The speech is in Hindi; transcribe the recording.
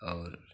और